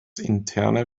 interne